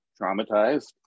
traumatized